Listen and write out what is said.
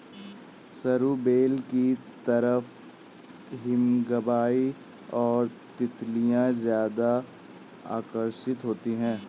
सरू बेल की तरफ हमिंगबर्ड और तितलियां ज्यादा आकर्षित होती हैं